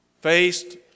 faced